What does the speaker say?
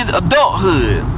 adulthood